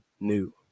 new